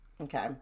Okay